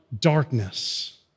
darkness